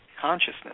consciousness